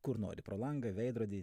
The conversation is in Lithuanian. kur nori pro langą veidrodį